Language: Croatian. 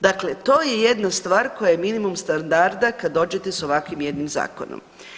Dakle, to je jedna stvar koja je minimum standarda kada dođete s ovakvim jednim zakonom.